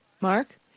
Mark